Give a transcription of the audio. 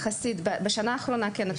בשנה האחרונה כן,